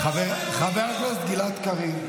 חבר הכנסת גלעד קריב.